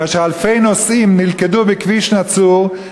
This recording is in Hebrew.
כאשר אלפי נוסעים נלכדו בכביש נצור,